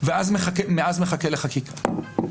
ומאז מחכה לחקיקה.